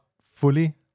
fully